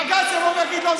בג"ץ יבוא ויגיד: לא,